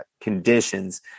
conditions